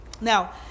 Now